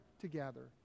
together